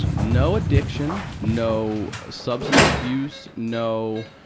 no addiction, no substance abuse, no